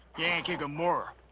yankee gomorrah,